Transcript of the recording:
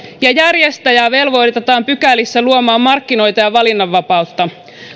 ja järjestäjää velvoitetaan pykälissä luomaan markkinoita ja valinnanvapautta